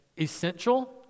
essential